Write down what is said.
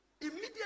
immediately